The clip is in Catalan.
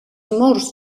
murs